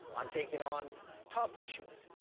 on taking on tough issues,